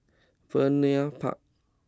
Vernon Park